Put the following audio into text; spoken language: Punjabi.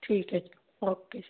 ਠੀਕ ਹੈ ਜੀ ਓਕੇ ਜੀ